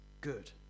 good